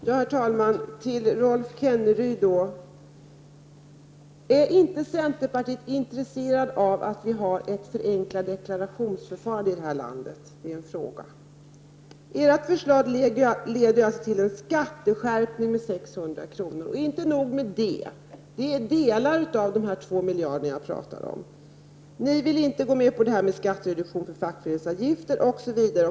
Herr talman! Först till Rolf Kenneryd: Är inte centerpartiet intresserat av att ha en förenklad deklaration? Ert förslag leder alltså till en skatteskärpning med 600 kr. — det är en del av de 2 miljarder jag talar om. Inte nog med det, ni vill inte gå med på en skattereduktion för fackföreningsavgifter osv.